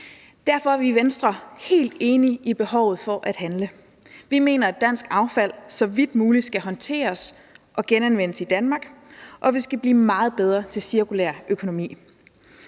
Derfor er vi i Venstre helt enige i behovet for at handle. Vi mener, at dansk affald så vidt muligt skal håndteres og genanvendes i Danmark og vi skal blive meget bedre til cirkulær økonomi.